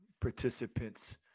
participants